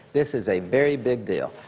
this is a very big deal.